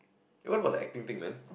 what about the acting thing man